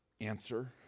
answer